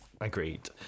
Agreed